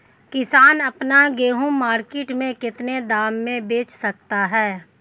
किसान अपना गेहूँ मार्केट में कितने दाम में बेच सकता है?